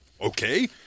Okay